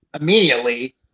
immediately